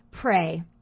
Pray